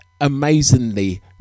Amazingly